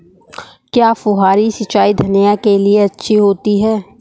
क्या फुहारी सिंचाई धनिया के लिए अच्छी होती है?